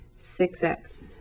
6x